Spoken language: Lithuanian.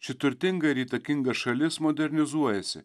ši turtinga ir įtakinga šalis modernizuojasi